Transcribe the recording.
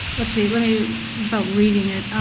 let's see, without reading it.